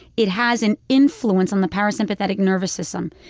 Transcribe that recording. it has an influence on the parasympathetic nervous system.